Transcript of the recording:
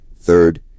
third